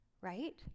right